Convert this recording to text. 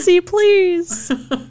Please